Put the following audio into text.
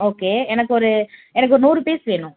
okay எனக்கு ஒரு எனக்கு ஒரு நூறு பீஸ் வேணும்